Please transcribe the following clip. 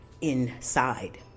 inside